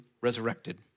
resurrected